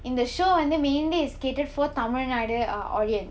in the show mainly it's catered for tamil nadu uh audience